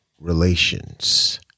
relations